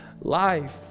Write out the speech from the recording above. life